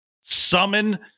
summon